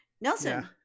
Nelson